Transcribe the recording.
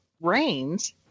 rains